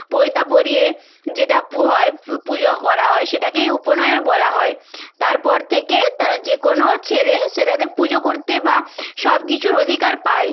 পৈতা পরিয়ে যেটা পু হয় পূ পূজা করা হয় সেটাকেই উপনয়ন বলা হয় তারপর থেকে তা যে কোনো ছেলে সেটাতে পুজো করতে বা সব কিছুর অধিকার পায়